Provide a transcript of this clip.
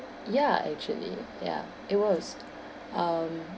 ya actually ya it was um